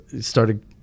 started